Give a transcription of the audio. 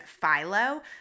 Philo